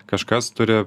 kažkas turi